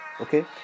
Okay